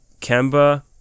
Kemba